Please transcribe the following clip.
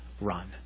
run